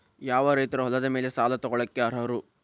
ಯಾವ ರೈತರು ಹೊಲದ ಮೇಲೆ ಸಾಲ ತಗೊಳ್ಳೋಕೆ ಅರ್ಹರು?